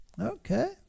Okay